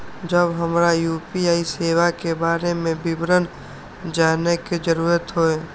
जब हमरा यू.पी.आई सेवा के बारे में विवरण जानय के जरुरत होय?